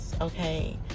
okay